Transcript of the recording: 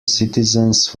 citizens